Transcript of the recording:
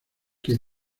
que